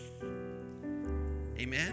Amen